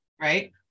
Right